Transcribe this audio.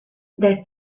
they